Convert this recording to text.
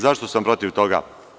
Zašto sam protiv toga?